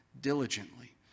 diligently